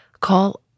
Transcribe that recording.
call